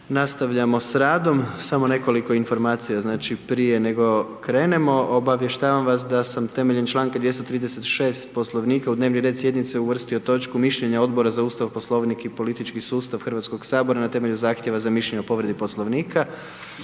Nastavljamo s radom. Samo nekoliko informacija znači prije nego krenemo. Obavještavam vas da sam temeljem članka 236., Poslovnika u dnevni red sjednice uvrstio točku Mišljenja odbora za Ustav, Poslovnik i politički sustav Hrvatskog sabora na temelju zahtjeva za mišljenje o povredi Poslovnika,